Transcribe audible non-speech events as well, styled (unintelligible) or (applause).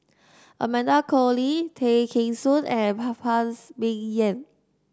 Amanda Koe Lee Tay Kheng Soon and (unintelligible) Phan's Ming Yen